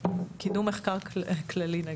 "קידום מחקר כללי".